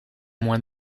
moins